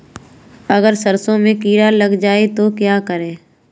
अगर सरसों में कीड़ा लग जाए तो क्या करें?